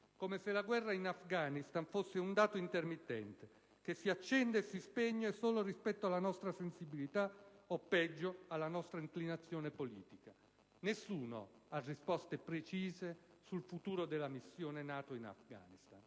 come se la guerra in Afghanistan fosse un dato intermittente, che si accende e si spegne solo rispetto alla nostra sensibilità o, peggio, alla nostra inclinazione politica. Nessuno ha risposte precise sul futuro della missione NATO in Afghanistan.